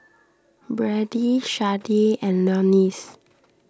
Brady Sharday and Leonce